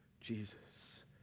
Jesus